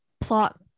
plot